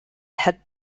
head